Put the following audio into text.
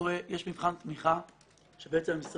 יש מבחן תמיכה שהמשרד